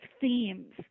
themes